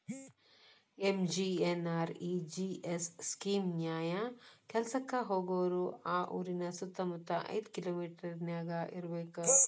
MGNREGS scheme ನ್ಯಾಯ ಕೆಲ್ಸಕ್ಕ ಹೋಗೋರು ಆ ಊರಿನ ಸುತ್ತಮುತ್ತ ಐದ್ ಕಿಲೋಮಿಟರನ್ಯಾಗ ಇರ್ಬೆಕ್